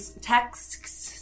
texts